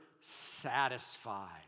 satisfied